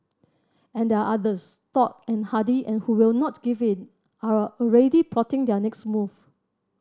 and there are others stoic and hardy and who will not give in are already plotting their next move